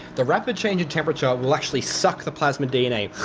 the rapid change in temperature will actually suck the plasmid dna,